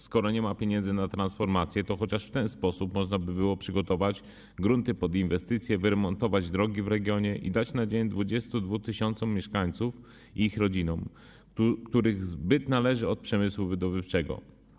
Skoro nie ma pieniędzy na transformację, to chociaż w ten sposób można by było przygotować grunty pod inwestycje, wyremontować drogi w regionie i dać nadzieję 22 tys. mieszkańców i ich rodzinom, których byt zależy od przemysłu wydobywczego.